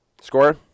Score